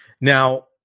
Now